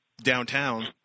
downtown